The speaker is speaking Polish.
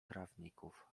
trawników